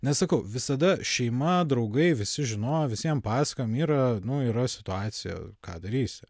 nes sakau visada šeima draugai visi žinojo visiem pasakojom yra nu yra situacija ką darysi